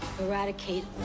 eradicate